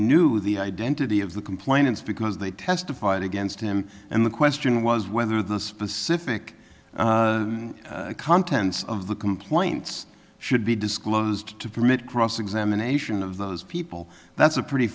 knew the identity of the complainants because they testified against him and the question was whether the specific contents of the complaints should be disclosed to permit cross examination of those people that's a pretty